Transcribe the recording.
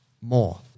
more